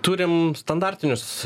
turim standartinius